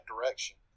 direction